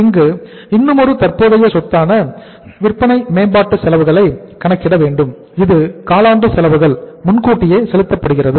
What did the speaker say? இங்கு இன்னுமொரு தற்போதைய சொத்தான விற்பனை மேம்பாட்டு செலவுகளை கணக்கிட வேண்டும் இது காலாண்டு செலவுகள் முன்கூட்டியே செலுத்தப்படுகிறது